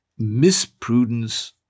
misprudence